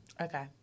Okay